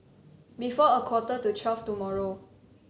before a quarter to twelve tomorrow